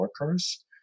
workers